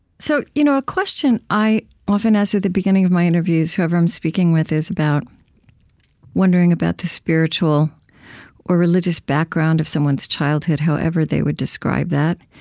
so you know a question i often ask at the beginning of my interviews, whoever i'm speaking with, is about wondering about the spiritual or religious background of someone's childhood, however they would describe that.